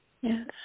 Yes